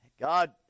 God